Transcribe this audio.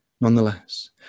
nonetheless